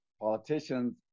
politicians